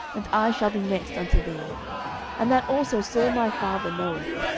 and i shall be next unto thee and that also saul my father knoweth.